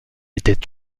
était